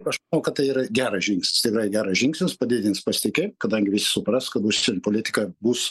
aš manau kad tai yra geras žingsnis tikrai geras žingsnis padidins pasitikė kadangi visi supras kad užsien politika bus